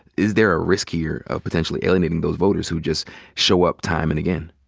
is there a risk here of potentially alienating those voters who just show up time and again?